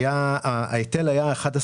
כשההיטל היה 8%